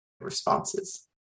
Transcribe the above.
responses